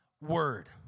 word